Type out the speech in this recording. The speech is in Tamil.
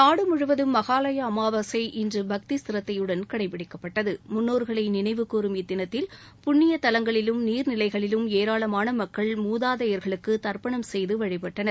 நாடு முழுவதும் மகாளய அமாவாசை இன்று பக்தி சிரத்தையுடன் கடைபிடிக்கப்பட்டது முன்னோர்களை நினைவுகூறும் இத்தினத்தில் புன்ணிய தலங்களிலும் நீர்நிலைகளிலும் ஏராளமான மக்கள் மூதாதையர்களுக்கு தர்ப்பணம் செய்து வழிபட்டனர்